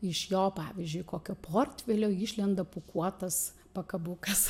iš jo pavyzdžiui kokio portfelio išlenda pūkuotas pakabukas